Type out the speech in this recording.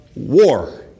war